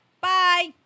Bye